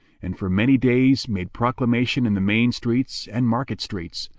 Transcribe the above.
and for many days made proclamation in the main streets and market-streets,